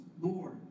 Lord